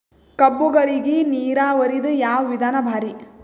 ಕಬ್ಬುಗಳಿಗಿ ನೀರಾವರಿದ ಯಾವ ವಿಧಾನ ಭಾರಿ?